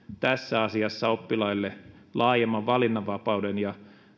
tässä asiassa oppilaille laajemman valinnanvapauden ja